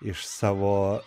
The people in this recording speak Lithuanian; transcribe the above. iš savo